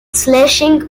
slashing